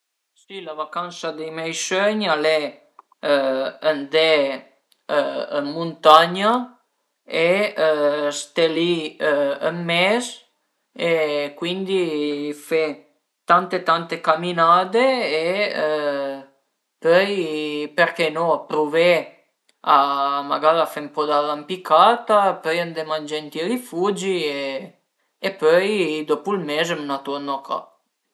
Si la vacansa di mei sögn al e andé ën muntagna e ste li ün mes e cuindi fe tante tante caminade e pöi perché no pruvé magara a fe ën po d'arrampicata, pöi andé mangé ënt i rifugi e pöi dopu ël mes m'ën turnu a ca